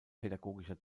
pädagogischer